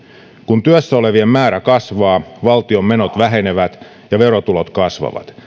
kun työssä olevien määrä kasvaa valtion menot vähenevät ja verotulot kasvavat